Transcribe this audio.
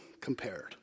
compared